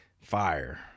Fire